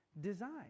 design